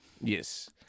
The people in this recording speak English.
Yes